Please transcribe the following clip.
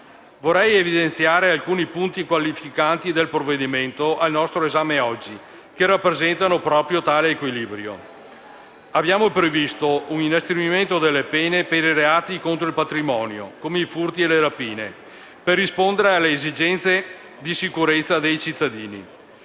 Vorrei evidenziare alcuni punti qualificanti del provvedimento oggi al nostro esame, che rappresentano proprio tale equilibrio. Abbiamo previsto un inasprimento delle pene per i reati contro il patrimonio, come i furti e le rapine, per rispondere alle esigenze di sicurezza dei cittadini.